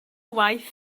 waith